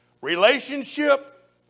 Relationship